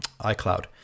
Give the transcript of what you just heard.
icloud